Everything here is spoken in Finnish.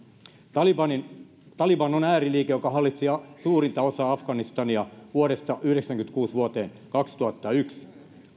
talibaneihin taliban on ääriliike joka hallitsi suurinta osaa afganistania vuodesta yhdeksänkymmentäkuusi vuoteen kaksituhattayksi